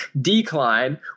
decline